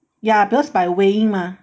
ya because by weighing mah